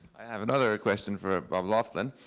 i have another question for bob laughlin.